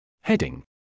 Heading